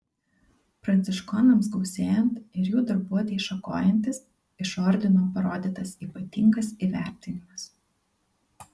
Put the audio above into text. pranciškonams gausėjant ir jų darbuotei šakojantis iš ordino parodytas ypatingas įvertinimas